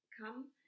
come